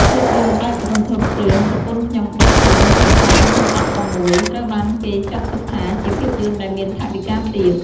ភាពយន្តបែបរន្ធត់រឿង «ប្រពន្ធខ្ញុំបាត់ខ្លួន» (២០១៦) ត្រូវបានគេចាត់ទុកថាជាភាពយន្តដែលមាន ថវិកាទាប។